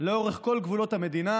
לאורך כל גבולות המדינה,